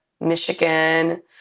Michigan